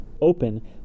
open